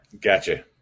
gotcha